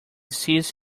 sees